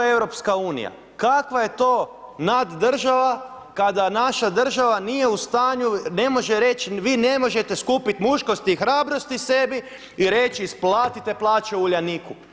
Kakva je to naddržava kada naša država nije u stanju, ne može reći vi ne možete skupiti muškosti i hrabrosti sebi i reći isplatite plaće Uljaniku.